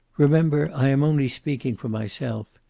remember, i am only speaking for myself.